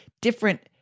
different